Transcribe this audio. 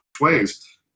ways